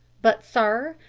but, sir